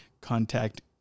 contact